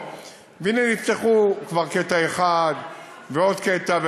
והנה, נפתחו כבר קטע אחד ועוד קטע.